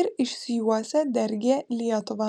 ir išsijuosę dergė lietuvą